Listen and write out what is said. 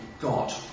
God